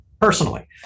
personally